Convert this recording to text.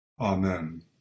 amen